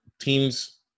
teams